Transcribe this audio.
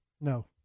No